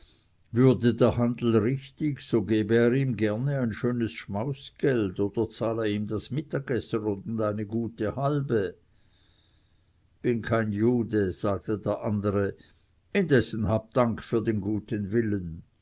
würde der handel richtig so gebe er ihm gerne ein schönes schmausgeld oder zahle ihm das mittagessen und eine gute halbe bin kein jude sagte der andere indessen habe dank für den guten willen